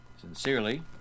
Sincerely